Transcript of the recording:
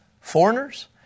foreigners